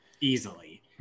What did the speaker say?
easily